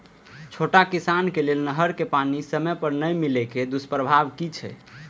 छोट किसान के लेल नहर के पानी समय पर नै मिले के दुष्प्रभाव कि छै?